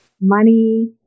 money